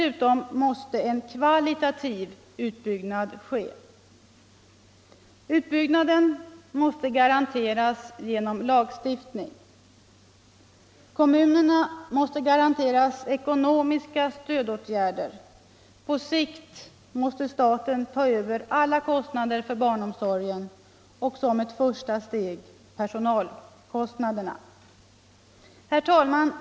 Utbyggnaden måste garanteras genom lagstiftning. 4. Kommunerna måste garanteras ekonomiska stödåtgärder. På sikt måste staten ta över alla kostnader för barnomsorgen och som ett första steg personalkostnaderna. Herr talman!